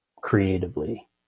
creatively